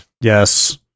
Yes